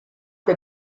der